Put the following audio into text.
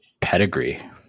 pedigree